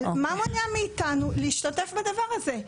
אבל מה מונע מאיתנו להשתתף בדבר הזה?